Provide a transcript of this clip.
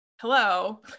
Hello